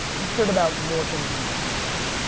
who cared about more things than just himself.